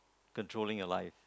controlling your life